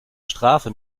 strafe